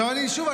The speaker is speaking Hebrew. שוב,